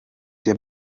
der